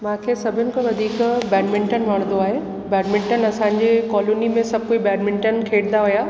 खे सभिनि खां वधीक बैडमिंटन वणंदो आहे बैडमिंटन असांजे कॉलोनी में सभु कोई बैडमिंटन खेॾंदा हुया